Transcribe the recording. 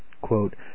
quote